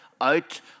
out